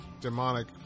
demonic